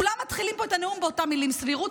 כולם מתחיל פה את הנאום באותם מילים: סבירות,